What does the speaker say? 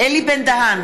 אלי בן-דהן,